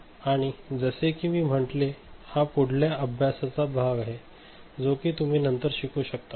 आणि जसे कि मी म्हंटले हा पुढल्या अभ्यासाचा भाग आहे जो कि तुम्ही नंतर शिकू शकता